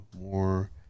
more